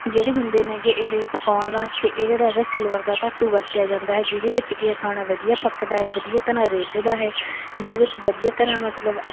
ਜਿਹੜੇ ਹੁੰਦੇ ਨੇੇਗੇ ਇਹ ਪਕਾਉਣ ਵਾਸਤੇ ਇਹ ਜਿਹੜਾ ਹੈਗਾ ਸਿਲਵਰ ਦਾ ਧਾਤੂ ਵਰਤਿਆ ਜਾਂਦਾ ਹੈ ਜਿਹਦੇ ਵਿੱਚ ਕਿ ਇਹ ਖਾਣਾ ਵਧੀਆ ਪੱਕਦਾ ਹੈ ਵਧੀਆ ਤਰ੍ਹਾਂ ਰਿਝਦਾ ਹੈ ਜਿਹਦੇ ਵਿੱਚ ਵਧੀਆ ਤਰ੍ਹਾਂ ਮਤਲਬ ਅਪ